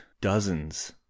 dozens